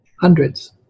Hundreds